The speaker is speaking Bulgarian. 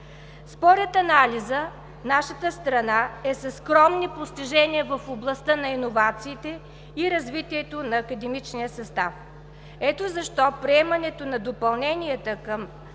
Според анализа нашата страна е със скромни постижения в областта на иновациите и развитието на академичния състав. Ето защо приемането на допълненията към